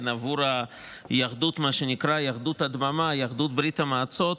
בעבור מה שנקרא "יהדות הדממה" יהדות ברית המועצות,